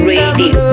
Radio